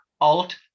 alt